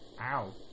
ow